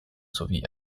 sowie